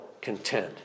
content